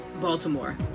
Baltimore